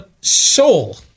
Soul